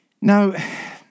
Now